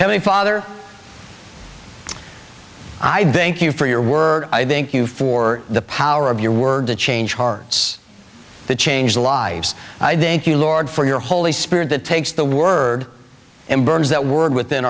heavenly father i think you for your words i think you for the power of your word to change hearts to change the lives i think you lord for your holy spirit that takes the word and burns that word within